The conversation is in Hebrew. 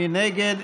מי נגד?